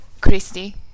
Christy